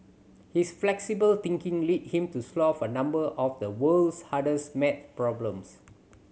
his flexible thinking led him to solve a number of the world's hardest maths problems